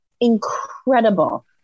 incredible